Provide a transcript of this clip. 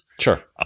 Sure